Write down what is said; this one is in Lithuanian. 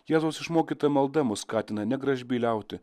jėzaus išmokyta malda mus skatina ne gražbyliauti